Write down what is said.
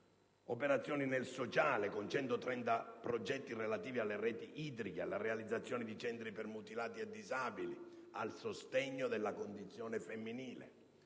operazioni nel sociale, con 130 progetti relativi alle reti idriche, alla realizzazione di centri per mutilati e disabili, al sostegno della condizione femminile;